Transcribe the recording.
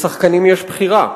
לשחקנים יש בחירה,